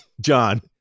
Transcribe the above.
John